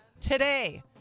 Today